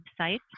website